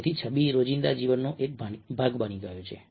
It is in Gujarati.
તેથી છબી રોજિંદા જીવનનો એક ભાગ બની ગઈ છે